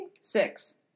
Six